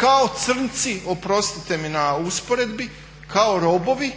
kao crnci, oprostite mi na usporedbi, kao robovi